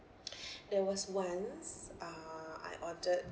there was once uh I ordered